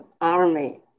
Army